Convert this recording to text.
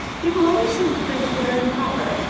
people always seem to think that they are improper,